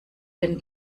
den